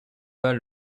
pas